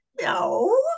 no